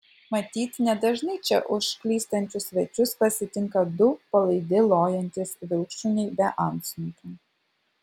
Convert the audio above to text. matyt nedažnai čia užklystančius svečius pasitinka du palaidi lojantys vilkšuniai be antsnukių